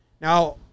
Now